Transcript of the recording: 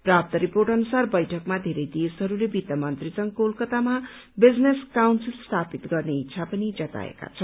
प्राप्त रिपोर्ट अनुसार बैठकमा धेरै देशहरूले वित्त मन्त्रीसँग कलकतामा बिजनेस काउन्सिल स्थापित गर्ने इच्छा पनि जताएका छन्